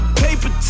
paper